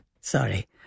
sorry